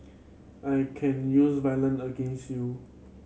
I can use violent against you